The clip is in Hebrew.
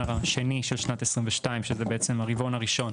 השני של שנת 2022 שהוא הרבעון הראשון